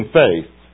faith